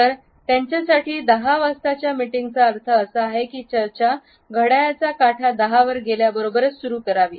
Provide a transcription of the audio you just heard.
तर त्यांच्यासाठी 10 वाजताच्या मीटिंगचा अर्थ असा आहे की चर्चा घड्याळाचा काटा दहा वर गेल्या बरोबरच सुरू करावी